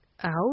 out